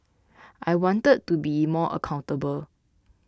I wanted to be more accountable